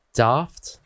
daft